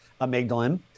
amygdalin